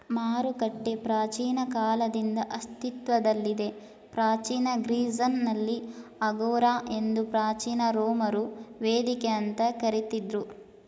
ಮಾರುಕಟ್ಟೆ ಪ್ರಾಚೀನ ಕಾಲದಿಂದ ಅಸ್ತಿತ್ವದಲ್ಲಿದೆ ಪ್ರಾಚೀನ ಗ್ರೀಸ್ನಲ್ಲಿ ಅಗೋರಾ ಎಂದು ಪ್ರಾಚೀನ ರೋಮರು ವೇದಿಕೆ ಅಂತ ಕರಿತಿದ್ರು